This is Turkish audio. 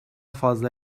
fazla